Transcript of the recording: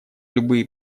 любые